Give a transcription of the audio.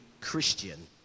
Christian